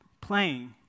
playing